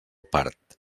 part